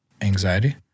anxiety